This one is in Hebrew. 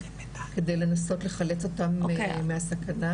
כדי לנסות לחלץ אותן מהסכנה,